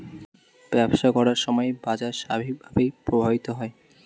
ব্যবসা করার সময় বাজার স্বাভাবিকভাবেই প্রভাবিত হয়